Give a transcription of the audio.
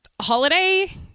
holiday